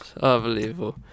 unbelievable